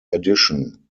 edition